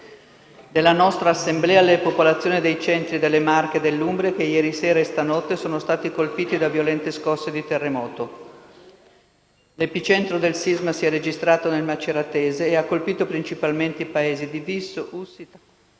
della nostra Assemblea alle popolazioni dei centri delle Marche e dell'Umbria, che ieri sera e stanotte sono state colpite da violente scosse di terremoto. L'epicentro del sisma si è registrato nel maceratese e ha colpito principalmente i paesi di Visso, Ussita,